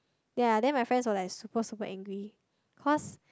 ya then my friends were like super super angry cause